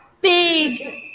big